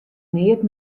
neat